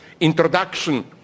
Introduction